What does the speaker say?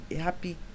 happy